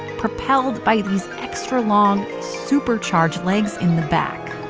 propelled by these extra-long, super-charged legs in the back.